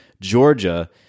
Georgia